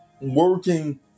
working